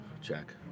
check